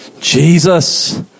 Jesus